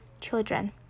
children